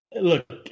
Look